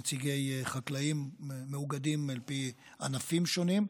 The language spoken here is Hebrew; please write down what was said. נציגי חקלאים, מאוגדים על פי ענפים שונים,